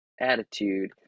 Attitude